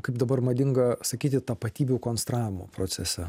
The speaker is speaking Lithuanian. kaip dabar madinga sakyti tapatybių konstravimo procese